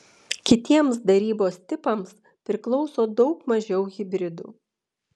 kitiems darybos tipams priklauso daug mažiau hibridų